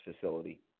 facility